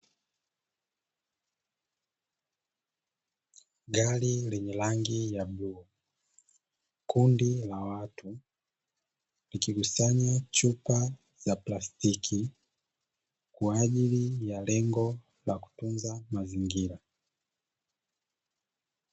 Gari lenye rangi la bluu, kundi la watu ikikusanya chupa ya plastiki, kwa ajili ya lengo la kutunza mazingira.